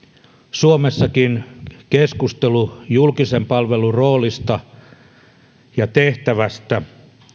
suomessakin keskustelu julkisen palvelun roolista ja tehtävästä